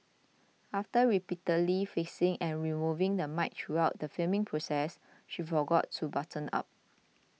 after repeatedly fixing and removing the mic throughout the filming process she forgot to button up